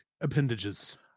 appendages